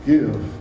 Give